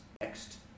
next